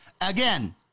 Again